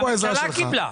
שהממשלה קיבלה.